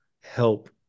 help